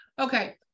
Okay